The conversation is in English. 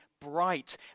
bright